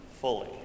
fully